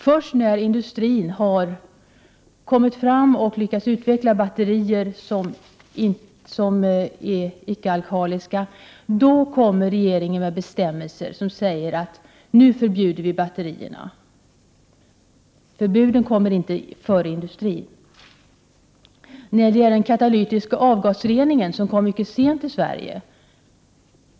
Först när industrin har lyckats utveckla batterier som är ickealkaliska, förbjuder regeringen alkaliska batterier. Förbudet kommer inte före industrin. Den katalytiska avgasreningen kom mycket sent till Sverige.